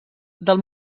del